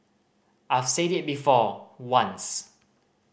I've said it before once